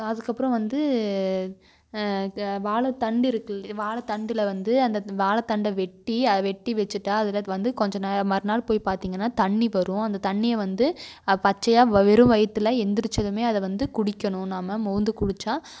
அதுக்கப்புறம் வந்து வாழைத்தண்டு இருக்கில்லி வாழைத்தண்டுல வந்து அந்த வாழைத்தண்ட வெட்டி அதை வெட்டி வச்சுட்டா அதில் வந்து கொஞ்சம் நேர மறுநாள் போய் பார்த்தீங்கன்னா தண்ணி வரும் அந்த தண்ணியை வந்து பச்சையாக வெறும் வயிற்றுல எழுந்திரிச்சதுமே அதை வந்து குடிக்கணும் நம்ம மோந்து குடித்தா